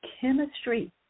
chemistry